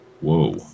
Whoa